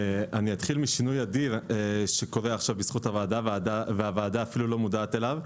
אתחיל משינוי אדיר שקורה כעת בזכות הוועדה והוועדה אפילו לא מודעת אליו.